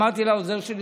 אמרתי לעוזר שלי,